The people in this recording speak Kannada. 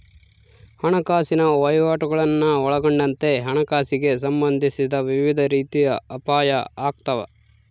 ಹಣಕಾಸಿನ ವಹಿವಾಟುಗುಳ್ನ ಒಳಗೊಂಡಂತೆ ಹಣಕಾಸಿಗೆ ಸಂಬಂಧಿಸಿದ ವಿವಿಧ ರೀತಿಯ ಅಪಾಯ ಆಗ್ತಾವ